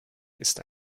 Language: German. ist